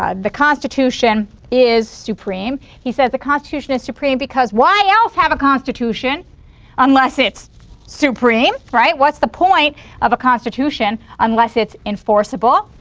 um the constitution is supreme. he says the constitution is supreme because why else have a constitution unless it's supreme, right? what's the point of a constitution unless it's enforceable.